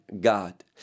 God